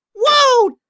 Whoa